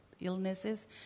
illnesses